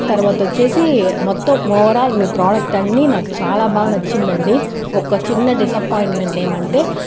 తరవాత వచ్చేసి మొత్తం ఓవరాల్ మీ ప్రోడక్ట్ అన్ని నాకు చాలా బాగా నచ్చిందండి ఒక్క చిన్న డిసప్పాయింట్మెంట్ ఏమంటే